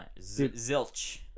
Zilch